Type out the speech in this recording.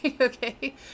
okay